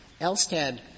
Elstad